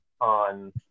on